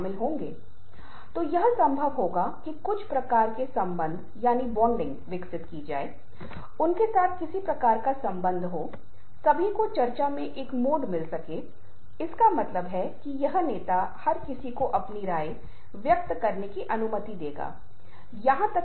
हाँ यह सच है कि कुछ लोग बॉडी लैंग्वेज को अधिक संस्थागत या अधिक संवादात्मक रूप से समझ सकते हैं जहाँ कुछ लोग किसी भाषा को बोलने में बेहतर होते हैं और कुछ लोगों को उस हुनर को हासिल करना होता है